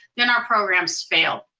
then our programs fail.